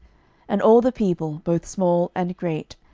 and all the people, both small and great,